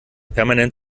permanent